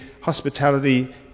hospitality